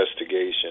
investigation